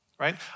right